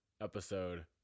episode